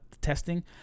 testing